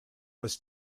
was